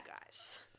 guys